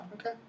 Okay